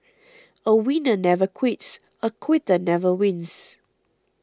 a winner never quits a quitter never wins